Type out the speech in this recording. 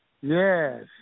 Yes